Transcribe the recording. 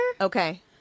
Okay